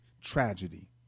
tragedy